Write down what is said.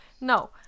No